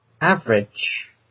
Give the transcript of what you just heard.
average